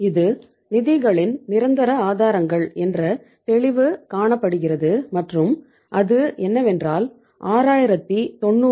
இது நிதிகளின் நிரந்தர ஆதாரங்கள் என்ற தெளிவு காணப்படுகிறது மற்றும் அது என்னவென்றால் 6900ஐ 0